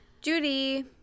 Judy